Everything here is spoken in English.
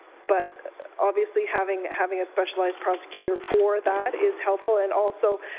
but obviously having having a specialized prosecutor for that is helpful. and also